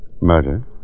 Murder